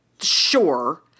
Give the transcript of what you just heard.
sure